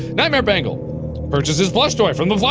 nightmare mangle purchase his plush toy from the